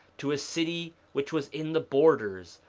to a city which was in the borders,